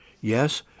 Yes